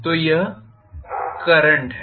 तो यह करंट है